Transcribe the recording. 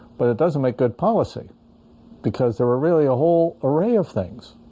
but it doesn't make good policy because there are really a whole array of things